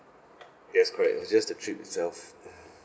yes correct it's just the trip itself